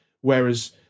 whereas